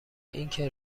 اینکه